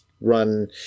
run